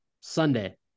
Sunday